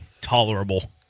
tolerable